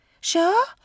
Sure